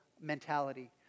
mentality